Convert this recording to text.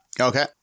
Okay